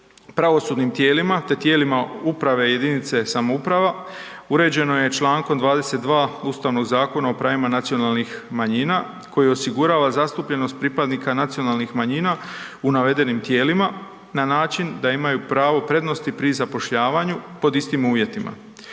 pravosudnim tijelima te tijelima uprave jedinice samouprava, uređeno je čl. 22. Ustavnog zakona o pravima nacionalnih manjina koji osigurava zastupljenost pripadnika nacionalnih manjina u navedenim tijelima na način da imaju pravo prednosti pri zapošljavanju pod istim uvjetima.